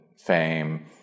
fame